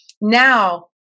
now